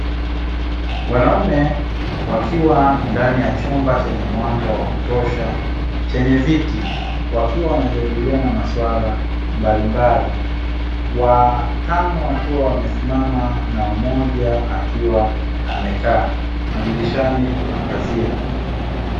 Wanaume wakiwa ndani ya chumba chenye mwanga wa kutosha chenye viti wakiwa wanajadiliana maswala mbalimbali, watano wakiwa wamesimama na mmoja akiwa amekaa madirishani kuna pazia.